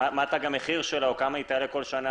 מה תג המחיר שלו וכמה היא תעלה כל שנה,